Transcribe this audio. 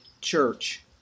church